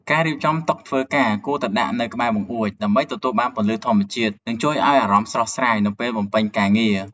ការរៀបចំតុធ្វើការគួរតែដាក់នៅក្បែរបង្អួច ដើម្បីទទួលបានពន្លឺធម្មជាតិ និងជួយឱ្យអារម្មណ៍ស្រស់ស្រាយនៅពេលបំពេញការងារ។